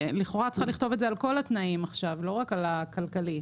לכאורה אני צריכה לכתוב את זה על כל התנאים ולא רק על התנאי הכלכלי.